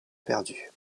perdues